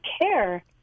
care